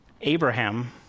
Abraham